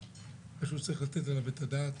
מישהו צריך לתת על זה את הדעת.